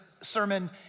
sermon